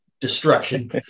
destruction